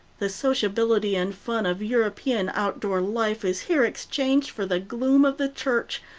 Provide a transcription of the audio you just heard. the sociability and fun of european outdoor life is here exchanged for the gloom of the church,